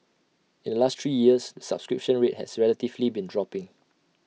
in the last three years the subscription rate has relatively been dropping